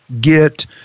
get